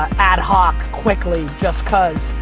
ad hoc quickly just cause.